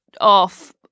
off